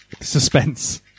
Suspense